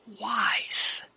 wise